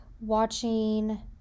watching